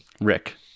Rick